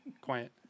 Quiet